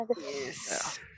yes